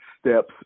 steps